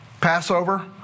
Passover